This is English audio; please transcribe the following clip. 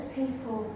people